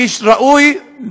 איש ראוי,